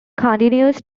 continues